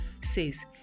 says